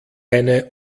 eine